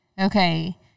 okay